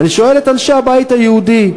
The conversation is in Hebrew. ואני שואל את אנשי הבית היהודי,